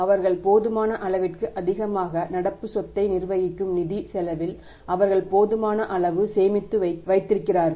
அவர்கள் போதுமான அளவிற்கு அதிகமாக நடப்பு சொத்தை நிர்வகிக்கும் நிதி செலவில் அவர்கள் போதுமான அளவு சேமித்து வைத்திருக்கிறார்கள்